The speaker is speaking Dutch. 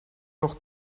nog